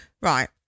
Right